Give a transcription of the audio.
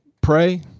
pray